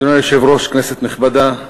אדוני היושב-ראש, כנסת נכבדה,